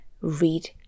read